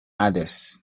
others